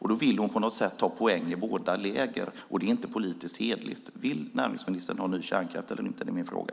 Hon vill på något sätt ta poäng i både lägren, och det är inte politiskt hederligt. Vill näringsministern ha ny kärnkraft eller inte? Det är min fråga.